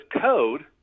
code